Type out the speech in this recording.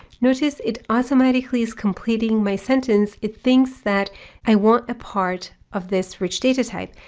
notice it automatically is completing my sentence. it thinks that i want a part of this rich data type.